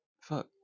Fuck